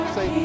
Say